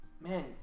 man